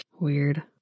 Weird